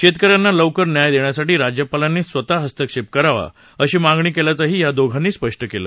शेतक यांना लवकर न्याय देण्यासाठी राज्यपालांनी स्वतः हस्तक्षेप करावा अशी मागणी केल्याचंही या दोघांनी स्पष्ट केलं